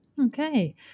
Okay